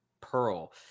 Pearl